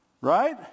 Right